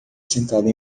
sentada